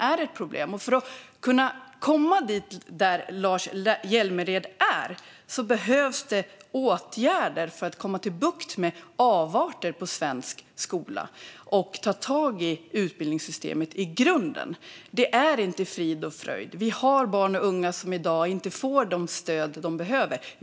För att komma dit Lars Hjälmered vill måste vi få bukt med avarterna i svensk skola och ta tag i utbildningssystemet i grunden. Allt är inte frid och fröjd eftersom det finns barn och unga som inte får det stöd de behöver.